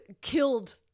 killed